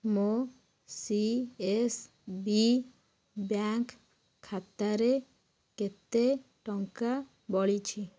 ମୋ C S B bank ଖାତାରେ କେତେ ଟଙ୍କା ବଳିଛି